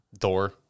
Thor